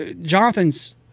jonathan's